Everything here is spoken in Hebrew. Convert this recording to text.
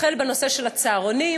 החל בנושא הצהרונים,